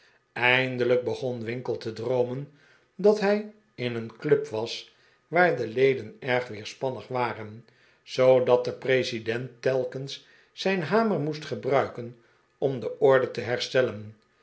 eindelijk begon winkle te droomen dat hij in een club was waar de leden erg weerspannig waren zoodat de president telkens zijn hamer moest gebruiken om de orde te herstellen